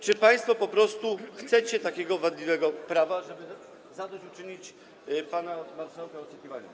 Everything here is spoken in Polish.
Czy państwo po prostu chcecie takiego wadliwego prawa, żeby zadośćuczynić pana marszałka oczekiwaniom?